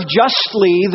justly